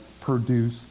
produce